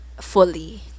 Fully